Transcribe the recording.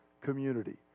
community